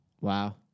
Wow